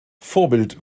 vorbild